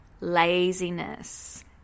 laziness